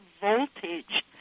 voltage